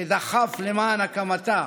שדחף למען הקמתה